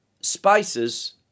spices